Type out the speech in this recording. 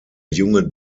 junge